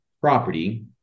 property